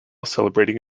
celebrating